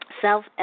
self